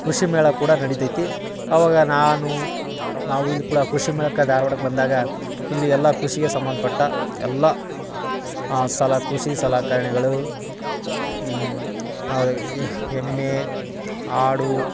ಕೃಷಿ ಮೇಳ ಕೂಡ ನಡಿತೈತಿ ಆವಾಗ ನಾನು ನಾವು ಇಲ್ಲಿ ಕೂಡ ಕೃಷಿ ಮೇಳಕ್ಕೆ ಧಾರ್ವಾಡಕ್ಕೆ ಬಂದಾಗ ಇಲ್ಲಿ ಎಲ್ಲ ಕೃಷಿಗೆ ಸಂಬಂಧ್ಪಟ್ಟ ಎಲ್ಲ ಸಲ ಕೃಷಿ ಸಲಕರಣೆಗಳು ಎಮ್ಮೆ ಆಡು